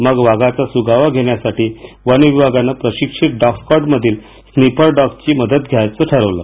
मग वाघाचा सुगावा घेण्यासाठी वनविभागानं प्रशिक्षित डॉगस्कॉडमधील स्निफर डॉग ची मदत घ्यायचं ठरवलं